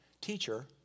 teacher